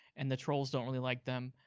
and the trolls don't really like them.